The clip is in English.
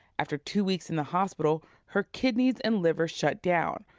after two weeks in the hospital, her kidneys and liver shut down.